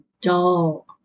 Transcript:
dull